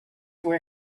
were